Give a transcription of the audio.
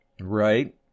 Right